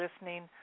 listening